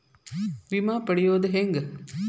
ವಿಮೆ ಪಡಿಯೋದ ಹೆಂಗ್?